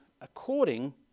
according